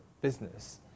business